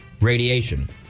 radiation